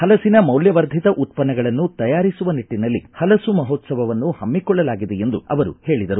ಪಲಸಿನ ಮೌಲ್ಯವರ್ಧಿತ ಉತ್ತನ್ನಗಳನ್ನು ತಯಾರಿಸುವ ನಿಟ್ಟಿನಲ್ಲಿ ಹಲಸು ಮಹೋತ್ಸವನ್ನು ಹಮ್ನಿಕೊಳ್ಳಲಾಗಿದೆ ಎಂದು ಅವರು ಹೇಳಿದರು